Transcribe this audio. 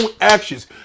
actions